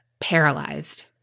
paralyzed